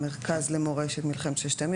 "הארכיון" ארכיון המרכז שהוקם לפי סעיף 29,